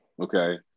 Okay